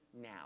now